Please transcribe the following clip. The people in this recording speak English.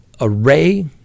array